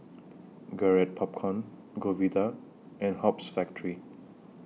Garrett Popcorn Godiva and Hoops Factory